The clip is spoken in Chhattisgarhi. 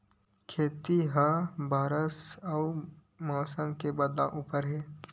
खेती हा बरसा अउ मौसम के बदलाव उपर निर्भर हे